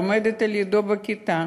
לומדת לידו בכיתה,